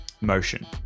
motion